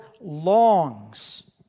longs